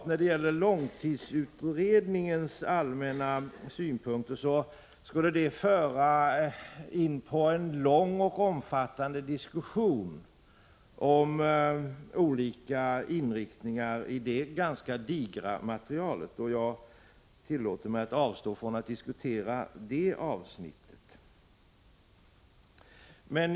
När det gäller långtidsutredningens allmänna synpunkter skulle det leda till en lång och omfattande diskussion om olika inriktningar i det ganska digra materialet, och jag tillåter mig att avstå från att diskutera det avsnittet.